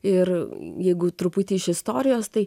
ir jeigu truputį iš istorijos tai